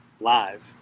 live